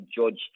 judge